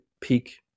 peak